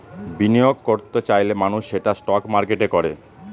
বিনিয়োগ করত চাইলে মানুষ সেটা স্টক মার্কেটে করে